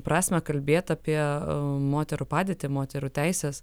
prasmę kalbėt apie moterų padėtį moterų teises